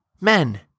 Men